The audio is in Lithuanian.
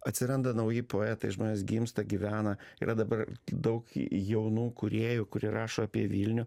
atsiranda nauji poetai žmonės gimsta gyvena yra dabar daug jaunų kūrėjų kurie rašo apie vilnių